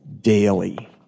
daily